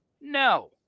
No